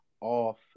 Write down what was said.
off